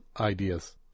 ideas